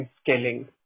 scaling